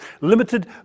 limited